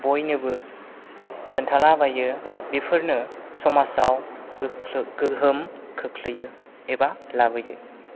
बयनोबो खिन्थाला बायो बेफोरनो समाजाव गोहोम खोख्लैयो एबा लाबोयो